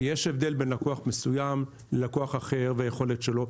כי יש הבדל בין לקוח מסוים ללקוח אחר והיכולת שלו.